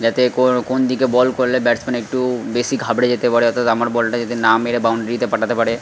যাতে কো কোন দিকে বল করলে ব্যাটসম্যান একটু বেশি ঘাবড়ে যেতে পারে অর্থাৎ আমার বলটা যাতে না মেরে বাউন্ডারিতে পাঠাতে পারে